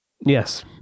Yes